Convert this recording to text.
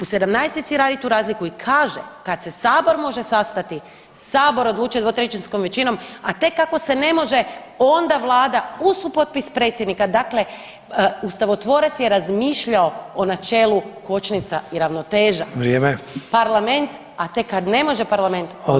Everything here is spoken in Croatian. U 17-ici radi tu razliku i kaže kad se sabor može sastati sabor odlučuje dvotrećinskom većinom, a tek ako se ne može onda vlada uz supotpis predsjednika, dakle ustavotvorac je razmišljao o načelu kočnica i ravnoteža [[Upadica: Vrijeme]] Parlament, a tek kad ne može parlament onda vlada.